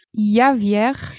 Javier